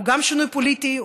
הוא גם שינוי פוליטי,